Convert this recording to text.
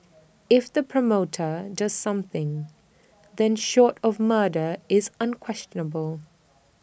if the promoter does something then short of murder it's unquestionable